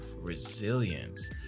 Resilience